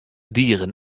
dieren